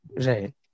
right